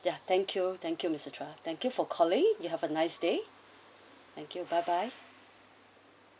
ya thank you thank you mister chua thank you for calling you have a nice day thank you bye bye